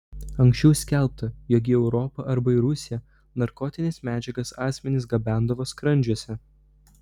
anksčiau skelbta jog į europą arba į rusiją narkotines medžiagas asmenys gabendavo skrandžiuose